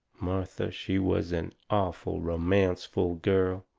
martha, she was an awful romanceful girl.